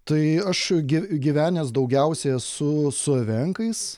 tai aš gi gyvenęs daugiausiai esu su evenkais